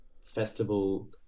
festival